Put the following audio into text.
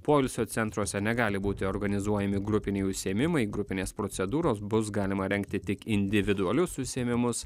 poilsio centruose negali būti organizuojami grupiniai užsiėmimai grupinės procedūros bus galima rengti tik individualius užsiėmimus